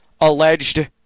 alleged